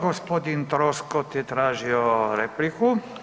Gospodin Troskot je tražio repliku.